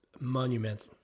monumental